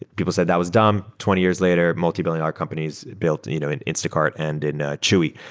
people said that was dumb. twenty years later, multibillion-dollar companies built and you know in instacart and in ah chewy.